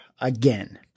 Again